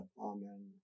Amen